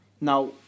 Now